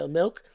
milk